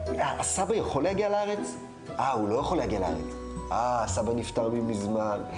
הומוריסטי זה לא, זה פשוט משמיץ.